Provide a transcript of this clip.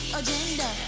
agenda